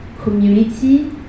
community